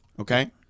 okay